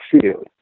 field